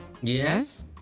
yes